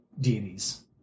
deities